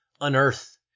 unearth